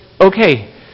okay